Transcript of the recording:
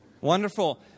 Wonderful